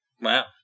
Wow